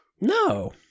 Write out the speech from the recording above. no